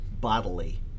bodily